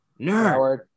nerd